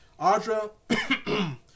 Audra